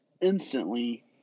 instantly